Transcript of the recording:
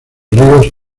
ríos